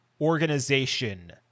organization